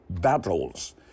battles